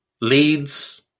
Leeds